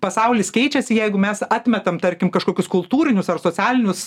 pasaulis keičiasi jeigu mes atmetam tarkim kažkokius kultūrinius ar socialinius